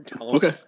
Okay